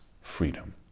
freedom